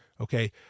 okay